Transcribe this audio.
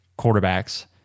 quarterbacks